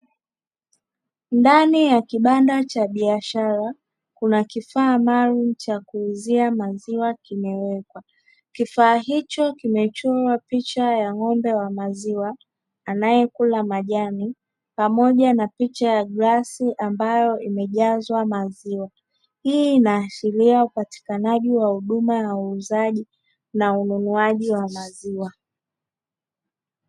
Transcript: Ndani ya kibanda cha biashara kuna kifaa maalum cha kuuzia maziwa kimewekwa. kifaa hicho kimechorwa picha ya ng'ombe wa maziwa anayekula majani pamoja na picha ya glasi ambayo imejazwa maziwa, hii inaashiria upatikanaji wa huduma ya uuzaji na ununuaji wa maziwa.